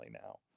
now